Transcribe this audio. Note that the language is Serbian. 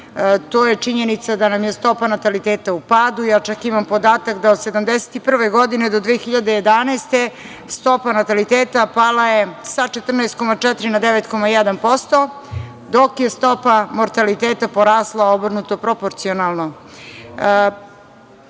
to je činjenica da nam je stopa nataliteta u padu. Ja čak imam podatak da od 1971. do 2011. godine stopa nataliteta pala je sa 14,4% na 9,1%, dok je stopa mortaliteta porasla obrnuto proporcionalno. Jeste